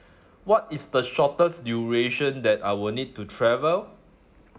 what is the shortest duration that I will need to travel